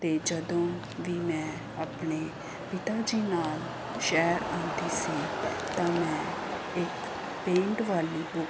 ਅਤੇ ਜਦੋਂ ਵੀ ਮੈਂ ਆਪਣੇ ਪਿਤਾ ਜੀ ਨਾਲ ਸ਼ਹਿਰ ਆਉਂਦੀ ਸੀ ਤਾਂ ਮੈਂ ਇੱਕ ਪੇਂਟ ਵਾਲੀ ਬੁੱਕ ਅਤੇ